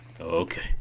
Okay